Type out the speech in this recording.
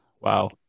Wow